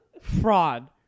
Fraud